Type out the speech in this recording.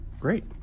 great